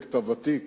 הפרויקט הוותיק,